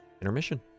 intermission